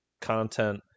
content